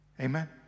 Amen